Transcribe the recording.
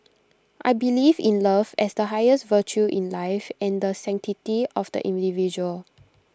I believe in love as the highest virtue in life and the sanctity of the individual